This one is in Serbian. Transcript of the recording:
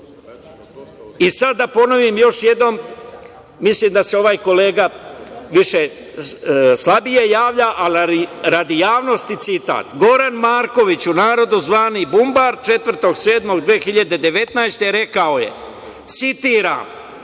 da ponovim još jednom. Mislim da se ovaj kolega slabije javlja, ali radi javnosti citat. Goran Marković, u narodu zvani „bumbar“, 4.7.2019. godine rekao je, citiram